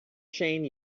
shane